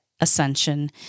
Ascension